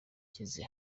nshyize